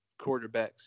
quarterbacks